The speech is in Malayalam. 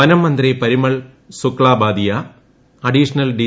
വനംമന്ത്രി പരിമൾ സുക്ലാബാദിയ അഡീഷണൽ ഡി